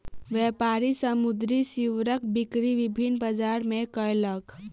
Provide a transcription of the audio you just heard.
व्यापारी समुद्री सीवरक बिक्री विभिन्न बजार मे कयलक